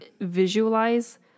visualize